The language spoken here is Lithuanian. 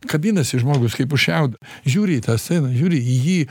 kabinasi žmogus kaip už šiaudo žiūri į tą sceną žiūri į jį